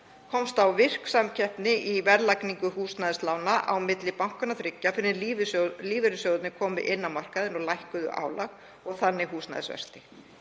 komst á virk samkeppni í verðlagningu húsnæðislána á milli bankanna þriggja fyrr en lífeyrissjóðirnir komu inn á markaðinn og lækkuðu álag og þannig húsnæðisvexti.